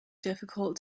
difficult